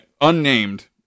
unnamed